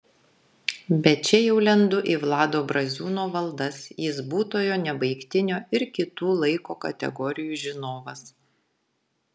bet čia jau lendu į vlado braziūno valdas jis būtojo nebaigtinio ir kitų laiko kategorijų žinovas